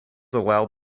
allowed